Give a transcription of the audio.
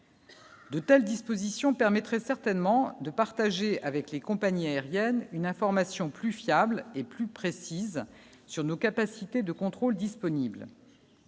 De telles dispositions permettrait certainement de partager avec les compagnies aériennes, une information plus fiable et plus précises sur nos capacités de contrôle disponible